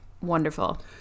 wonderful